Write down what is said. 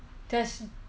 there's